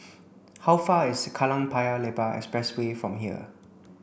how far is Kallang Paya Lebar Expressway from here